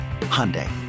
Hyundai